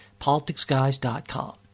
politicsguys.com